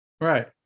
right